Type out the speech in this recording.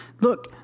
Look